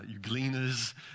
euglenas